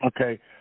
Okay